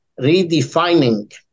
redefining